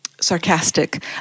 sarcastic